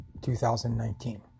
2019